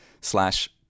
slash